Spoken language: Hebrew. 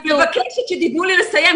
אני מבקשת שתיתנו לי לסיים,